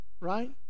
right